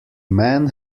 man